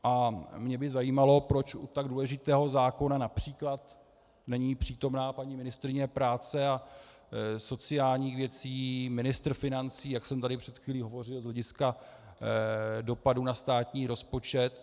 A mě by zajímalo, proč u tak důležitého zákona např. není přítomna paní ministryně práce a sociálních věcí, ministr financí, jak jsem tady před chvílí hovořil, z hlediska dopadů na státní rozpočet.